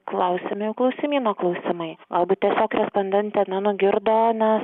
klausiam jau klausimyno klausimai arba tiesiog respondentė nenugirdo nes